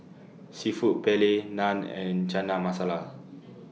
Seafood Paella Naan and Chana Masala